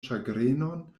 ĉagrenon